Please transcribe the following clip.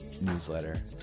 newsletter